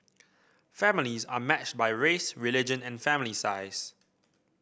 families are matched by race religion and family size